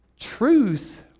Truth